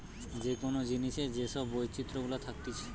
যে কোন জিনিসের যে সব বৈচিত্র গুলা থাকতিছে